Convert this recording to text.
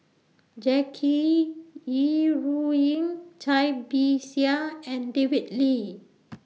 Jackie Yi Ru Ying Cai Bixia and David Lee